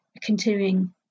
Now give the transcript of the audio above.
continuing